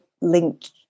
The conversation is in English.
linked